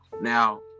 Now